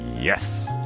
Yes